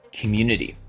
community